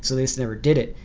so they just never did it,